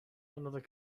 another